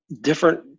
different